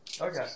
Okay